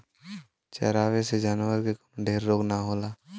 चरावे से जानवर के कवनो ढेर रोग ना होला